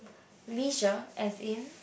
leisure as in